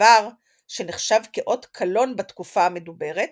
דבר שנחשב כאות קלון בתקופה המדוברת